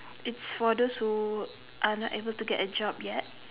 it's for those who are not able to get a job yet